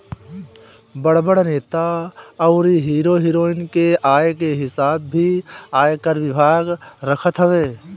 बड़ बड़ नेता अउरी हीरो हिरोइन के आय के हिसाब भी आयकर विभाग रखत हवे